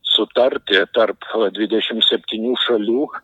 sutarti tarp dvidešimt septynių šalių